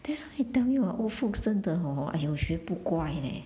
that's why I tell you ah old folks 真的 hor !aiyo! 学不乖 leh